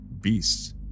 beasts